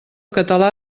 català